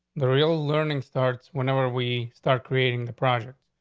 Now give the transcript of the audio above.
the real learning starts whenever we start creating the project.